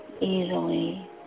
easily